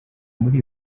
muri